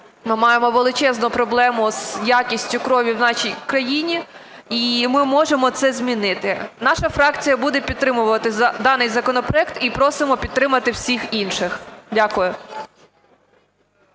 ми маємо величезну проблему з якістю крові в нашій крайні, і ми можемо це змінити. Наша фракція буде підтримувати даний законопроект, і просимо підтримати всіх інших. Дякую.